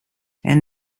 and